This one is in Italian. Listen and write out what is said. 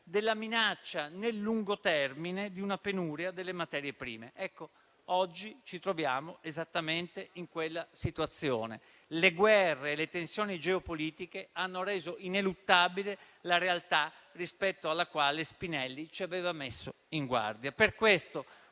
la minaccia nel lungo termine di una penuria delle materie prime. Ecco, oggi ci troviamo esattamente in quella situazione: le guerre e le tensioni geopolitiche hanno reso ineluttabile la realtà rispetto alla quale Spinelli ci aveva messo in guardia.